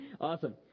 Awesome